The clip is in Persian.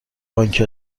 بانک